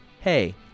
Hey